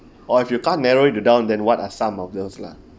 or if you can't narrow it to down then what are some of those lah